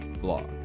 blog